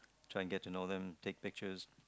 trying get to know them take pictures